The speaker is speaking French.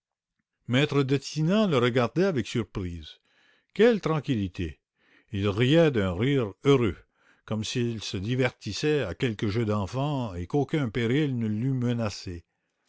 m e detinan le regardait avec surprise quelle tranquillité il riait d'un rire heureux comme s'il se divertissait à quelque jeu d'enfant on eut cru vraiment qu'aucun danger ne le menaçait